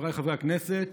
חבריי חברי הכנסת,